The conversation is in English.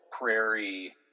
prairie